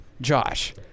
Josh